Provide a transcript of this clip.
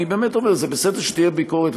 אני באמת אומר: זה בסדר שתהיה ביקורת,